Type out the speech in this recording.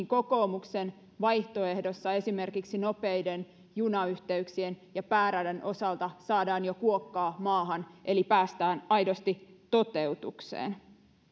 kokoomuksen vaihtoehdossa esimerkiksi nopeiden junayhteyksien ja pääradan osalta saadaan jo kuokkaa maahan eli päästään aidosti toteutukseen